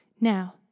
Now